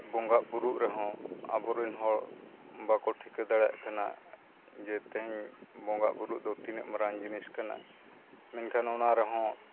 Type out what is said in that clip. ᱵᱚᱸᱜᱟ ᱵᱩᱨᱩ ᱨᱮᱦᱚᱸ ᱟᱵᱚ ᱨᱮᱱ ᱦᱚᱲ ᱵᱟᱠᱚ ᱴᱷᱤᱠᱟᱹ ᱫᱟᱲᱮᱭᱟᱜ ᱠᱟᱱᱟ ᱡᱮ ᱛᱮᱦᱮᱧ ᱵᱚᱸᱜᱟ ᱵᱳᱨᱳ ᱫᱚ ᱛᱤᱱᱟᱹᱜ ᱢᱟᱨᱟᱝ ᱡᱤᱱᱤᱥ ᱠᱟᱱᱟ ᱢᱮᱱᱠᱷᱟᱱ ᱚᱱᱟ ᱨᱮᱦᱚᱸ